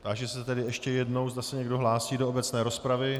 Táži se ještě jednou, zda se někdo hlásí do obecné rozpravy.